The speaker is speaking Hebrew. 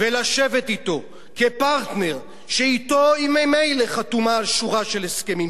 ולשבת אתו כפרטנר שאתו היא ממילא חתומה על שורה של הסכמים,